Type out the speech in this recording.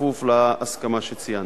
בכפוף להסכמה שציינתי.